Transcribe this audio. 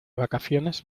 vacaciones